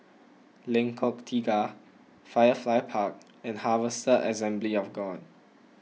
Lengkok Tiga Firefly Park and Harvester Assembly of God